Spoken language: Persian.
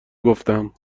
گفتم